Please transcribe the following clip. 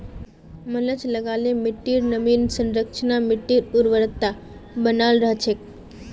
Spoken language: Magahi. मल्च लगा ल मिट्टीर नमीर संरक्षण, मिट्टीर उर्वरता बनाल रह छेक